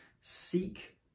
Seek